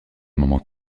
moment